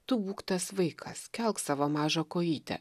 tu būk tas vaikas kelk savo mažą kojytę